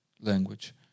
language